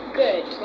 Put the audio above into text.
good